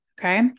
Okay